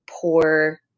poor